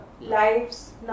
lives